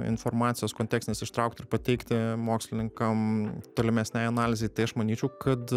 informacijos kontekstinės ištraukt ir pateikti mokslininkam tolimesnei analizei tai aš manyčiau kad